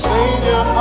Savior